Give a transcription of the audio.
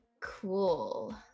Cool